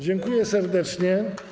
Dziękuję serdecznie.